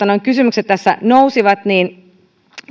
kysymykset tässä nousivat niin